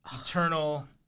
eternal